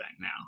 now